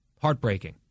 Heartbreaking